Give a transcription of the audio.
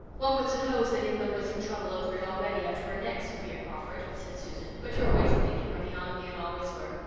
one would suppose that england was in trouble over it already, up to her neck, sophia crawford, said susan. but your ways of thinking are beyond me and always were.